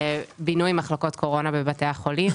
לבינוי מחלקות קורונה בבתי החולים.